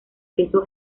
queso